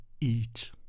eat